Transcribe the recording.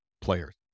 players